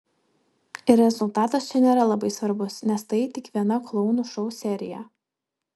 ir rezultatas čia nėra labai svarbus nes tai tik viena klounų šou serija